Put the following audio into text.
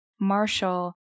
Marshall